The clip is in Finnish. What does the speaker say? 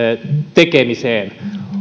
tekemiseen